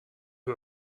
who